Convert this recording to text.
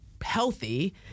healthy